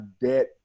debt